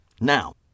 now